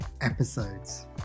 episodes